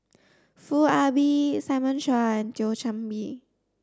Foo Ah Bee Simon Chua and Thio Chan Bee